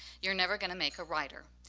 you're never going to make a writer.